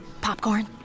Popcorn